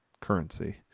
currency